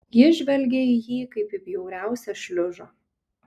ji žvelgė į jį kaip į bjauriausią šliužą